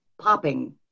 popping